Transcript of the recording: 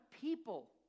people